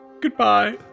Goodbye